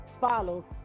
follow